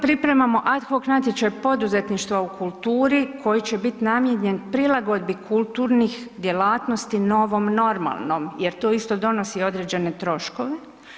Pripremamo ad hoc natječaj poduzetništvo u kulturi koji će biti namijenjen kulturnih djelatnosti novom normalnom jer to isto donosi određene troškove.